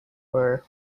were